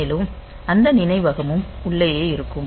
மேலும் அந்த நினைவகமும் உள்ளேயே இருக்கும்